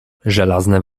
żelazne